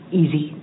easy